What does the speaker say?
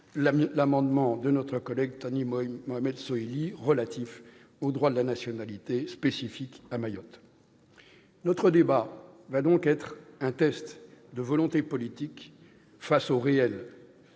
l'amendement de notre collègue Thani Mohamed Soilihi relatif au droit de la nationalité spécifique à Mayotte. Notre débat sera par conséquent un test de volonté politique face au réel,